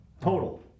Total